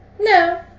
No